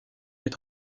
est